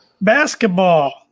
basketball